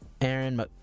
Aaron